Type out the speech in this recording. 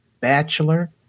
bachelor